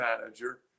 Manager